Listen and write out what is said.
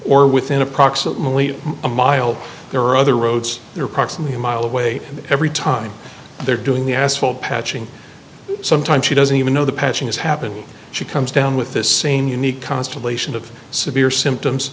or within approximately a mile there are other roads there approximately a mile away every time they're doing the asphalt patching sometimes she doesn't even know the patching is happening she comes down with this same unique constellation of severe symptoms